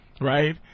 right